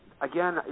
again